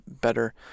better